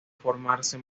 formarse